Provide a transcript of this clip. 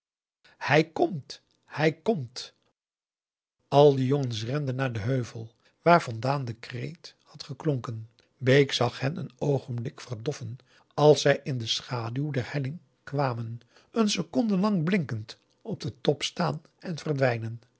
hij komt hij komt al de jongens renden naar den heuvel waarvandaan de kreet had geklonken bake zag hen een oogenblik verdoffen als zij in de schaduw der helling kwamen een seconde lang blinkend op den top staan en verdwijnen